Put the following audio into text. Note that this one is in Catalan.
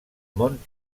món